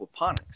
aquaponics